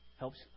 helps